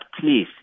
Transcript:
please